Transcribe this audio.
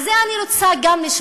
גם על זה אני רוצה לשמוע